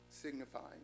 signifying